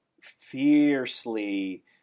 fiercely